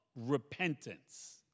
repentance